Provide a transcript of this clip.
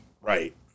right